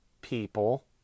people